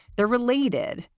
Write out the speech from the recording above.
they're related,